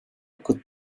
could